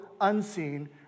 unseen